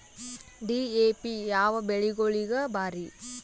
DAP ಯಾವ ಬೆಳಿಗೊಳಿಗ ಭಾರಿ?